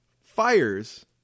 fires